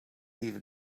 even